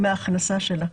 מההכנסה שלה.